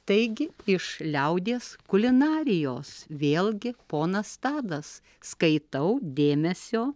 taigi iš liaudies kulinarijos vėlgi ponas tadas skaitau dėmesio